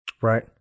Right